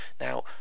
Now